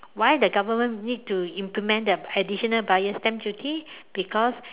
why the government need to implement the additional buyer's stamp duty because